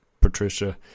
Patricia